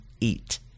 eat